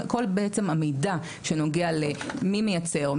כל בעצם המידע שנוגע למי מייצר,